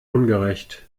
ungerecht